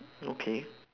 okay